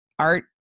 Art